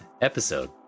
episode